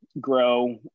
grow